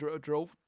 drove